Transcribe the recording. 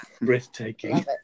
breathtaking